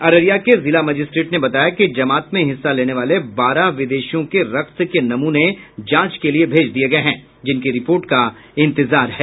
अररिया के जिला मजिस्ट्रेट ने बताया कि जमात में हिस्सा लेने वाले बारह विदेशियों के रक्त के नमूने जांच के लिए भेज दिए गए हैं जिनकी रिपोर्ट का इंतजार है